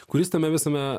kuris tame visame